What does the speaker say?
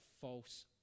false